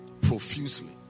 profusely